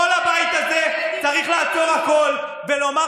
כל הבית הזה צריך לעצור הכול ולומר